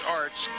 arts